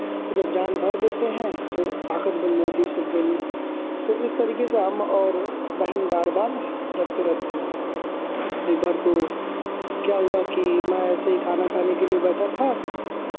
और जब जान भर देते हैं तो ताकत बन जाती है शब्दों में तो इस तरीके से हम और बहन बार बार लड़ते रहते हैं एक बार तो क्या हुआ कि मैं ऐसे ही खाना खाने के लिए बैठा था